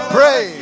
Pray